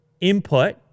input